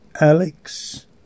Alex